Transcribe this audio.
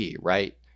right